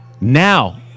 Now